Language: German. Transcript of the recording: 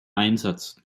einsatz